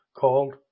called